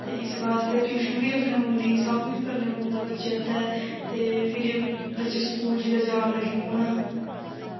ते इस बास्तै टयूशन बी रक्खनी पौंदी सब कुछ करने पौंदा बच्चे ते ते फिर बच्चे स्कूल जेल्लै जान लगी पौन